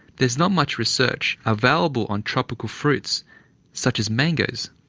there is not much research available on tropical fruits such as mangoes.